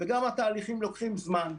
וגם התהליכים לוקחים זמן.